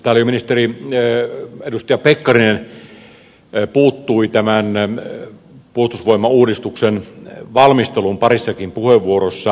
täällä jo edustaja pekkarinen puuttui tämän puolustusvoimauudistuksen valmisteluun parissakin puheenvuorossa